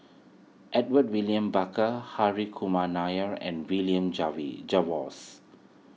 Edmund William Barker Harry Kumar Nair and William Jervois